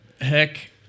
heck